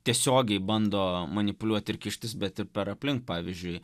tiesiogiai bando manipuliuot ir kištis bet ir per aplink pavyzdžiui